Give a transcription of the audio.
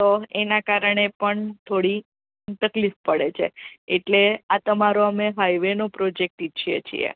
તો એના કારણે પણ થોડી તકલીફ પડે છે એટલે આ તમારો અમે વે નો પ્રોજેક્ટ ઈચ્છીએ છીએ